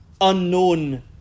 unknown